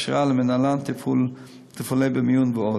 הכשרה למינהלן תפעולי במיון ועוד,